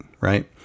right